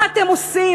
מה אתם עושים?